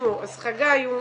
אז חגי הוא